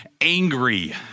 angry